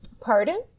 Pardon